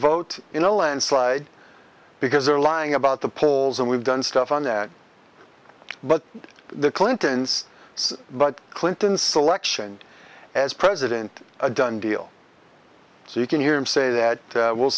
vote in a landslide because they're lying about the polls and we've done stuff on that but the clintons but clinton selection as president a done deal so you can hear him say that we'll